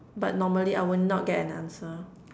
but normally I will not get an answer